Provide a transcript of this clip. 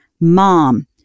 mom